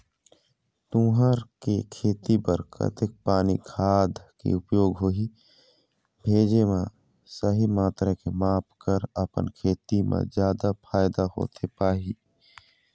तुंहर के खेती बर कतेक पानी खाद के उपयोग होही भेजे मा सही मात्रा के माप कर अपन खेती मा जादा फायदा होथे पाही?